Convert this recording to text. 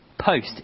Post